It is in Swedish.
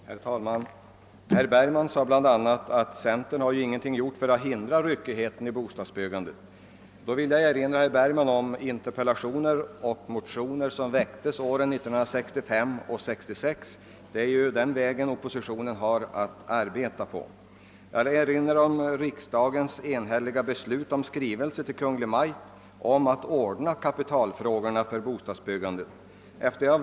Herr talman! Herr Bergman sade bl.a. att centerpartiet ingenting har gjort för att hindra ryckigheten i bostadsbyggandet. Jag vill erinra herr Bergman om interpellationer som framställts och motioner som väckts från centerpartihåll under åren 1965 och 1966 — det är dessa medel som står oppositionen till buds. Jag vill också erinra om riksdagens enhälliga beslut 1965 och 1966 att i skrivelse till Kungl. Maj:t framhålla att kapitalfrågorna för bostadsbyggandet bör ordnas.